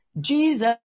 Jesus